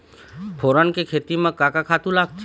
फोरन के खेती म का का खातू लागथे?